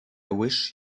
wish